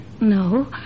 No